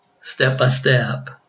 step-by-step